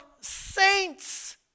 saints